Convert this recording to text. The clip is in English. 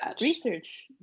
research